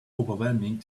overwhelming